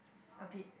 okay